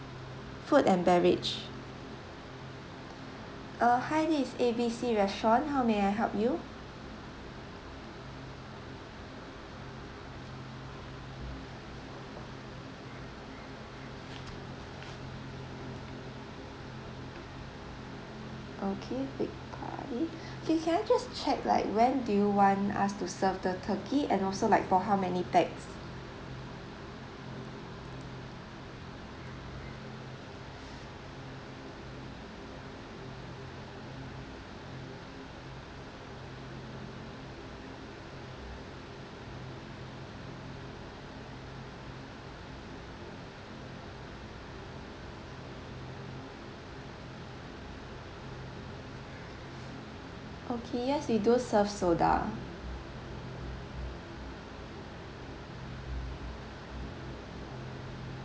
food and beverage uh hi this A_B_C restaurant how may I help you okay okay can I just check like when do you want us to serve the turkey and also like for how many pax okay yes we do serve soda